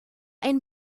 ein